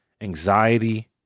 anxiety